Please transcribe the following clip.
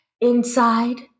inside